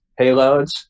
payloads